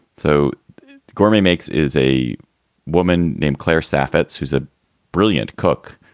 so gourmet makes is a woman named claire saffet, who's a brilliant cook,